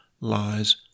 lies